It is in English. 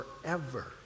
forever